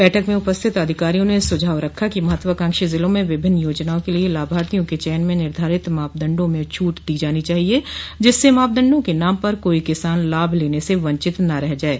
बैठक में उपस्थित अधिकारियों ने सुझाव रखा कि महत्वाकांक्षी जिलों में विभिन्न योजनाओं के लिए लाभार्थियों के चयन में निर्धारित मापदंडों में छूट दी जानी चाहिए जिससे मापदंडों के नाम पर कोई किसान लाभ लेने से वंचित न रह जाये